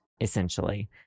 essentially